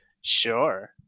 Sure